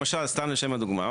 למשל סתם לשם הדוגמא,